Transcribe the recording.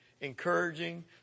encouraging